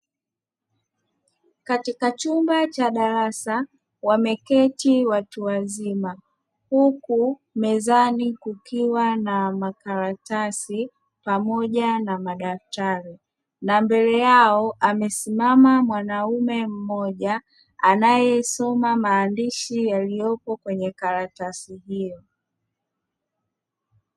Katika chumba cha darasa, wameketi watu wazima huku mezani kukiwa na makaratasi pamoja na madaftri; na mbele yao amesimama mwanaume mmoja anayesoma maandishi yaliyopo kwenye karatasi hiyo.